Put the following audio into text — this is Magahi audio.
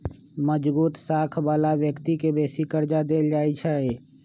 मजगुत साख बला व्यक्ति के बेशी कर्जा देल जाइ छइ